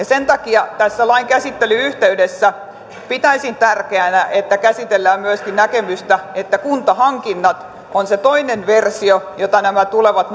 sen takia tässä lain käsittelyn yhteydessä pitäisin tärkeänä että käsitellään myöskin näkemystä että kuntahankinnat on se toinen versio jota nämä tulevat